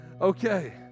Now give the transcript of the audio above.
okay